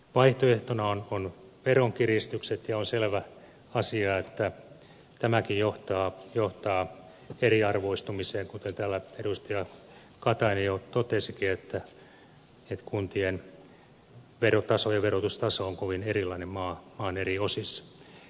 vaihtoehtona on veronkiristykset ja on selvä asia että tämäkin johtaa eriarvoistumiseen kuten täällä edustaja katainen jo totesikin että kuntien verotustaso on kovin erilainen maan eri osissa